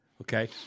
Okay